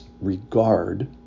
regard